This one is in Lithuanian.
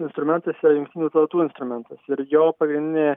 instrumentas yra jungtinių tautų instrumentas ir jo pagrindinė